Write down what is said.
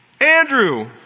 Andrew